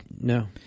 No